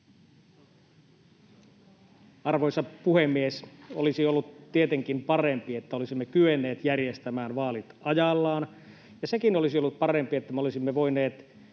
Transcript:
Arvoisa puhemies! Olisi ollut tietenkin parempi, että olisimme kyenneet järjestämään vaalit ajallaan. Ja sekin olisi ollut parempi, että me olisimme voineet